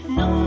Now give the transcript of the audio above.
no